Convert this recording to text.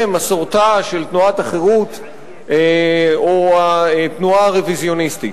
מסורתה של תנועת החרות או התנועה הרוויזיוניסטית.